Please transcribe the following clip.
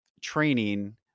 training